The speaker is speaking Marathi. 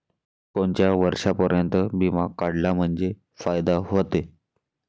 कोनच्या वर्षापर्यंत बिमा काढला म्हंजे फायदा व्हते?